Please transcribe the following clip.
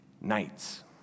nights